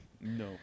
No